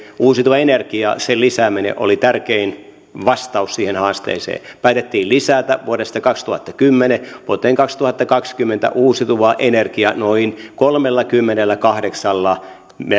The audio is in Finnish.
uusiutuva energia sen lisääminen oli tärkein vastaus siihen haasteeseen päätettiin lisätä vuodesta kaksituhattakymmenen vuoteen kaksituhattakaksikymmentä uusiutuvaa energiaa noin kolmellakymmenelläkahdeksalla